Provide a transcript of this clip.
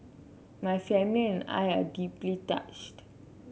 my family and I are deeply touched